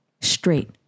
straight